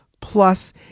plus